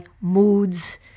moods